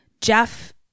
Jeff